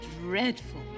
Dreadful